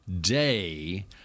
Day